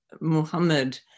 Muhammad